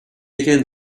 again